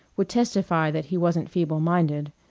would testify that he wasn't feeble-minded.